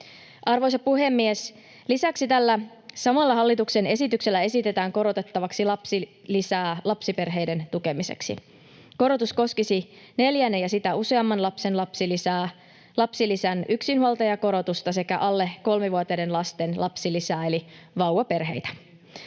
Arvoisa puhemies! Lisäksi tällä samalla hallituksen esityksellä esitetään korotettavaksi lapsilisää lapsiperheiden tukemiseksi. Korotus koskisi neljännen ja sitä useamman lapsen lapsilisää, lapsilisän yksinhuoltajakorotusta sekä alle kolmevuotiaiden lasten lapsilisää eli vauvaperheitä.